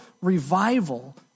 revival